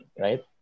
right